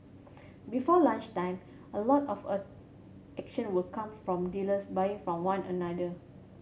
before lunchtime a lot of a action will come from dealers buying from one another